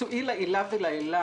מקצועי לעילא ולעילא.